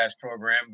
program